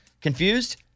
Confused